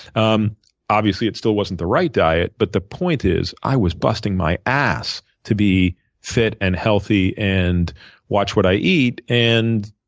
um obviously, it still wasn't the right diet, but the point is i was busting my ass to be fit and healthy and watch what i eat. and,